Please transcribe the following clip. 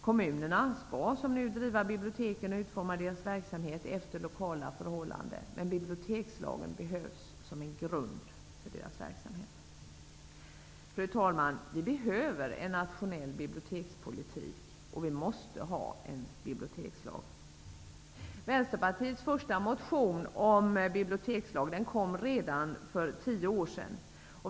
Kommunerna skall som nu driva biblioteken och utforma deras verksamhet efter lokala förhållanden. Men bibliotekslagen behövs som en grund för deras verksamhet. Fru talman! Vi behöver en nationell bibliotekspolitik, och vi måste ha en bibliotekslag. Vänsterpartiets första motion om en bibliotekslag väcktes redan för tio år sedan.